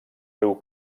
riu